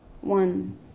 one